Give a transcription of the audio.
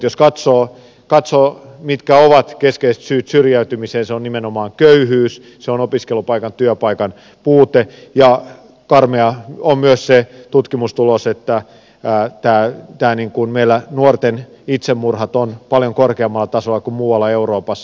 jos katsoo mitkä ovat keskeiset syyt syrjäytymiseen syy on nimenomaan köyhyys syy on opiskelupaikan työpaikan puute ja karmea on myös se tutkimustulos että meillä nuorten itsemurhat ovat paljon korkeammalla tasolla kuin muualla euroopassa